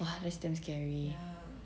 !wah! that's damn scary